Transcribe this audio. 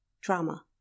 DRAMA